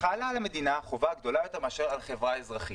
חלה על המדינה חובה גדולה יותר מאשר על חברה אזרחית.